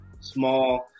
small